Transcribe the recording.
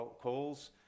calls